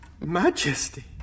Majesty